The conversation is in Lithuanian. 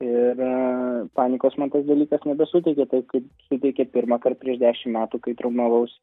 ir panikos man tas dalykas nebesuteikė taip kaip suteikė pirmąkart prieš dešimt metų kai traumavausi